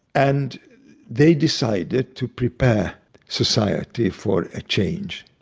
and they decided to prepare society for a change.